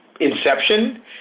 inception